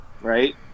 right